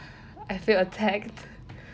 I feel attacked